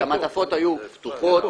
שהמעטפות היו פתוחות,